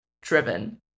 driven